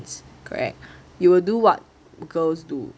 correct you will do what girls do